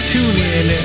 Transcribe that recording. TuneIn